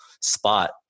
spot